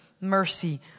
mercy